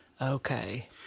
Okay